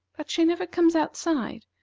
but she never comes outside,